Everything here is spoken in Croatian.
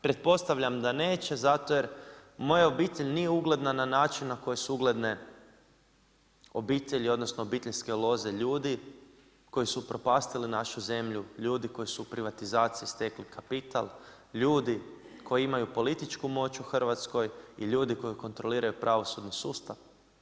Pretpostavljam da neće zato jer moja obitelj nije ugledna na način, na koje su ugledne obitelji, odnosno, obiteljske loze ljudi, koji su upropastili našu zemlju, ljudi koji su u privatizaciji stekli kapital, ljudi koji imaju političku moć u Hrvatskoj i ljudi koji kontroliraju pravosudni sustav.